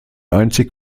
einzig